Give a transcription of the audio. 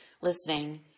listening